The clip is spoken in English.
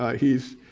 ah he's